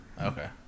Okay